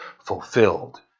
fulfilled